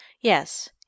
Yes